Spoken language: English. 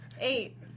Eight